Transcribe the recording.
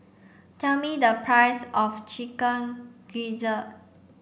tell me the price of chicken gizzard